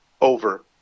over